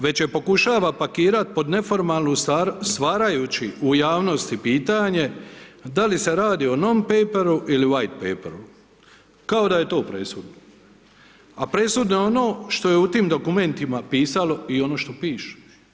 Već je pokušava pakirati pod neformalnu stvar stvarajući u javnosti pitanje da li se radi o non paperu ili white paperu kao da je to presudno a presudno je ono što je u tim dokumentima pisalo i ono što piše.